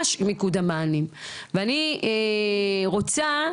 אני רוצה,